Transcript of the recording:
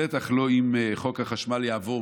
בטח לא אם חוק החשמל יעבור,